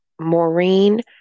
Maureen